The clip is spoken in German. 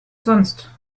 sonst